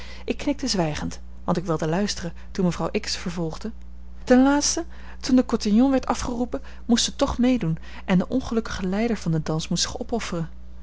ik knikte zwijgend want ik wilde luisteren toen mevrouw x vervolgde ten laatste toen de cotillon werd afgeroepen moest ze toch meedoen en de ongelukkige leider van den dans moest zich opofferen